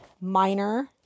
minor